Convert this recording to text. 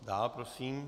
Dále prosím.